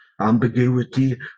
ambiguity